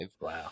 wow